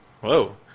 whoa